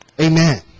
Amen